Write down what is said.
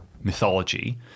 mythology